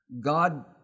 God